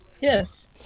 Yes